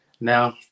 Now